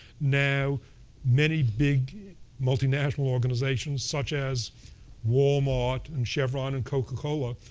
now many big multinational organizations, such as walmart and chevron and coca-cola,